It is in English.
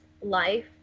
life